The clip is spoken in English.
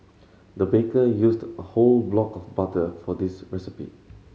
the baker used a whole block of butter for this recipe